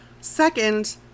Second